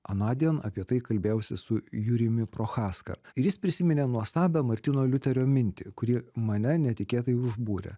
anądien apie tai kalbėjausi su jurijumi prochaska jis prisiminė nuostabią martyno liuterio mintį kuri mane netikėtai užbūrė